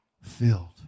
filled